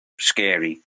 scary